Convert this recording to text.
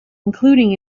including